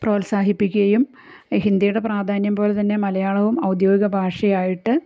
പ്രോത്സാഹിപ്പിക്കുകയും ഹിന്ദിയുടെ പ്രാധാന്യം പോലെ തന്നെ മലയാളവും ഔദ്യോഗിക ഭാഷയായിട്ട്